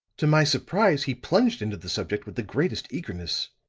to my surprise he plunged into the subject with the greatest eagerness.